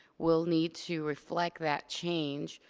will need to reflect that change.